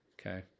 okay